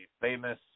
famous